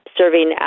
serving